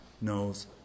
knows